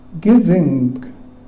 giving